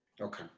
Okay